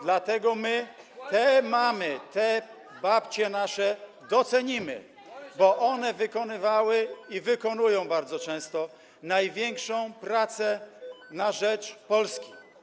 Dlatego my te mamy, te babcie nasze docenimy, bo one wykonywały i wykonują bardzo często największą pracę na rzecz Polski.